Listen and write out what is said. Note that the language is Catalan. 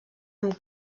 amb